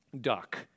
Duck